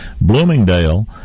Bloomingdale